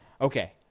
Okay